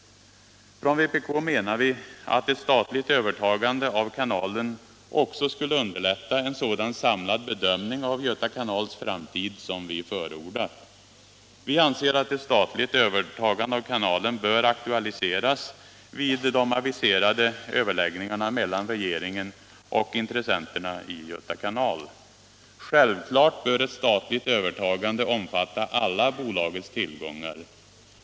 Från vpk menar vi att ett statligt övertagande av kanalen också skulle underlätta en sådan samlad bedömning av Göta kanals framtid som vi förordat. Vi anser att ett statligt övertagande av kanalen bör aktualiseras vid de aviserade överläggningarna mellan regeringen och intressenterna i Göta kanal. Självklart bör ett statligt övertagande omfatta alla bolagets tillgångar.